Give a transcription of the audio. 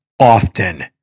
often